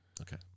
Okay